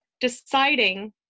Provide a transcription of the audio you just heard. deciding